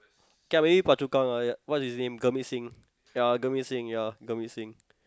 yeah maybe Phua-Chu-Kang ah yeah what's his name Gurmit-Singh yeah Gurmit-Singh yeah Gurmit-Singh